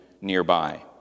nearby